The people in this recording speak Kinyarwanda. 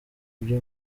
byo